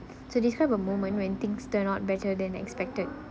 so describe a moment when things turn out better than expected